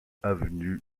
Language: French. avenue